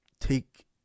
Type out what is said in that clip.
take